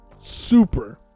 Super